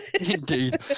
indeed